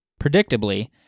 Predictably